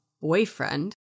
boyfriend